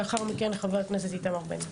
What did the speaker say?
לאחר מכן חבר הכנסת איתמר בן גביר.